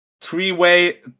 three-way